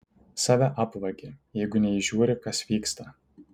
save apvagi jeigu neįžiūri kas vyksta